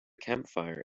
campfire